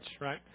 right